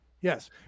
Yes